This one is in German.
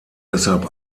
deshalb